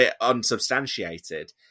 unsubstantiated